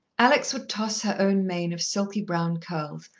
alex would toss her own mane of silky brown curls,